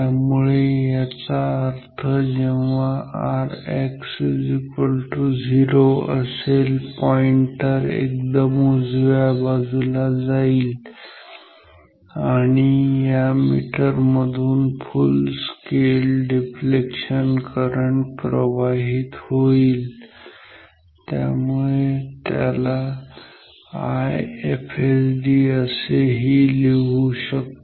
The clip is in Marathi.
त्यामुळे याचा अर्थ जेव्हा Rx0 असेल पॉईंटर एकदम उजव्या बाजूला जाईल आणि या मीटर मधून फुल स्केल डिफ्लेक्शन करंट प्रवाहीत होईल॰ त्यामुळे याला IFSD असेही लिहू शकतो